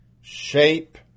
Shape